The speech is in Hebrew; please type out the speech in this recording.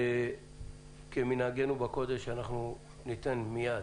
כמנהגנו בקודש, אנחנו ניתן מיד